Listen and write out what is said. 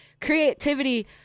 Creativity